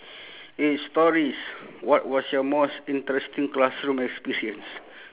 is stories what was your most interesting classroom experience